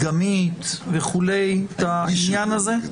מדגמית וכו' את העניין הזה?